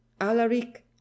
Alaric